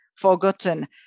forgotten